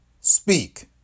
Speak